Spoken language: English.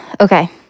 Okay